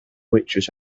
waitress